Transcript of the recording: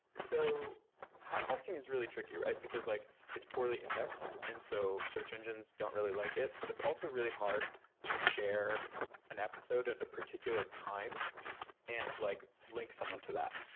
so podcasting is really tricky, because like it's poorly indexed, and so search engines don't really like it, but it's also really hard to share an episode at a particular time and like link someone to that.